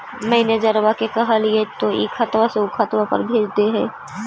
मैनेजरवा के कहलिऐ तौ ई खतवा से ऊ खातवा पर भेज देहै?